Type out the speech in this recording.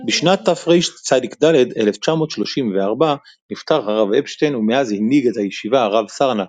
בשנת תרצ"ד 1934 נפטר הרב אפשטיין ומאז הנהיג את הישיבה הרב סרנא,